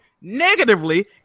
negatively